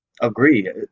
agree